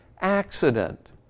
accident